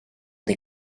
des